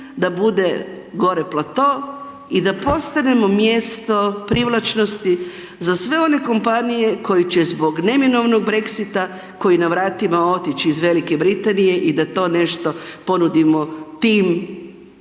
da bude gore plato i da postanemo mjesto privlačnosti za sve one kompanije koje će zbog neminovnog Brexita koji je na vratima, otići iz V. Britanije i da to nešto ponudimo tim